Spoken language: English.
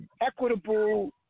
equitable